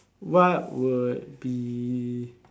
what would be